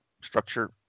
structure